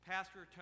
Pastor